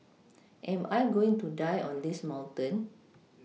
am I going to die on this mountain